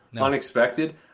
unexpected